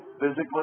physically